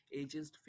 ages